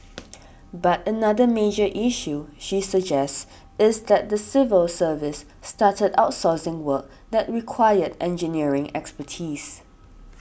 but another major issue she suggests is that the civil service started outsourcing work that required engineering expertise